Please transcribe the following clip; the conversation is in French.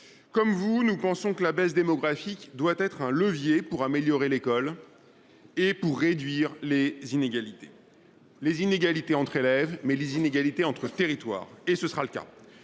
Comme vous, nous pensons que la baisse démographique doit être un levier pour améliorer l’école et pour réduire les inégalités, tant entre élèves qu’entre territoires ; tel sera le cas.